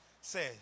says